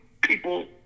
people